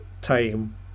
time